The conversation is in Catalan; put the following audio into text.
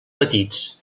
petits